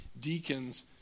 deacons